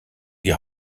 die